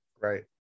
Right